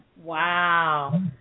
Wow